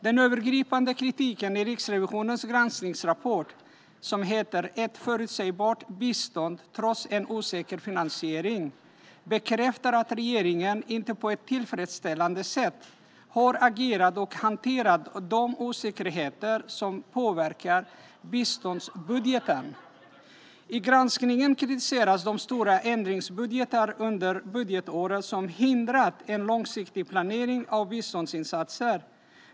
Den övergripande kritiken i Riksrevisionens granskningsrapport Ett förutsägbart bistånd - trots en osäker finansiering bekräftar att regeringen inte på ett tillfredsställande sätt har agerat för att hantera de osäkerheter som påverkar biståndsbudgeten. I granskningen kritiseras de stora ändringsbudgetar under budgetåret som hindrat en långsiktig planering av biståndsinsatser.